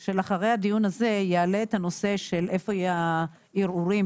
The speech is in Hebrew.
של אחרי הדיון הזה יעלה הנושא של איפה יהיו הערעורים